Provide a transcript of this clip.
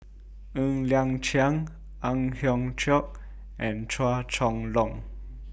Ng Liang Chiang Ang Hiong Chiok and Chua Chong Long